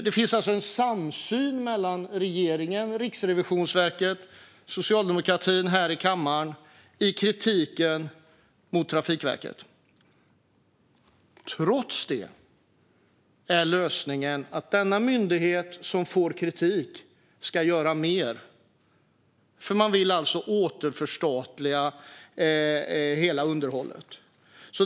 Det finns alltså en samsyn mellan regeringen, Riksrevisionen och socialdemokraterna i kammaren i kritiken mot Trafikverket. Trots det är lösningen att denna myndighet som får kritik ska göra mer eftersom man vill återförstatliga hela underhållet.